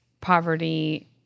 poverty